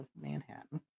Manhattan